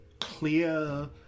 clear